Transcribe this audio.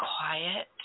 quiet